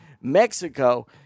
Mexico